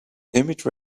image